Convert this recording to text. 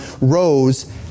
rose